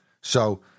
So-